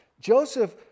joseph